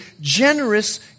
generous